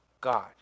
God